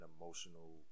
emotional